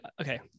okay